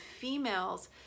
females